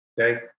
Okay